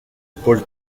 paul